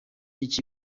iki